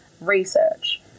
research